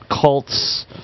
cults